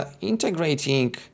Integrating